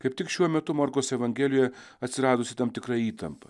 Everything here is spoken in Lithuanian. kaip tik šiuo metu morkaus evangelijoje atsiradusi tam tikra įtampa